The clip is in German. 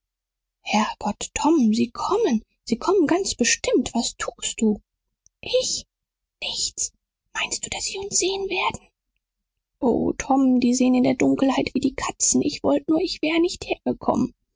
gott tom sie kommen sie kommen ganz bestimmt was tust du ich nichts meinst du daß sie uns sehen werden o tom die sehen in der dunkelheit wie die katzen ich wollte nur ich wär nicht hergekommen